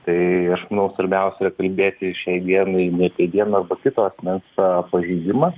tai aš manau svarbiausia kalbėti šiai dienai ne apie vieno arba kito asmens pažeidimą